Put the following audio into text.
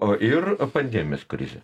o ir pandemijos krizė